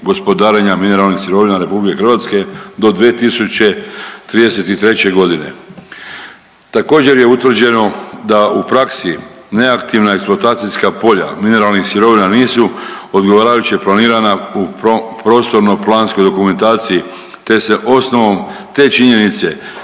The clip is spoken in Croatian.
gospodarenja mineralnih sirovina Republike Hrvatske do 2033. godine. Također je utvrđeno da u praksi neaktivna eksploatacijska polja mineralnih sirovina nisu odgovarajuće planirana u prostorno-planskoj dokumentaciji, te se osnovnom te činjenice